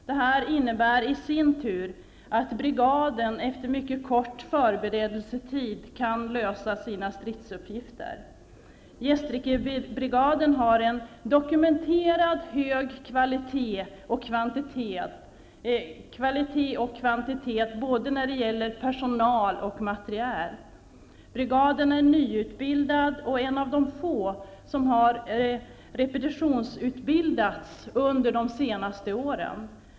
Det innebär i sin tur att brigaden efter mycket kort förberedelsetid kan utföra sina stridsuppgifter. Gästrikebrigaden har en dokumenterat hög kvalitet och kvantitet när det gäller både personal och materiel. Brigaden är nyutbildad och en av de få som har repetitionsutbildats under de senaste åren.